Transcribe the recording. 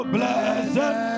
Blessed